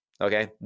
Okay